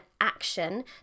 action